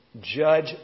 judge